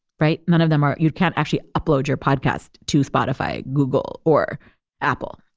right? none of them are you can't actually upload your podcast to spotify, google or apple.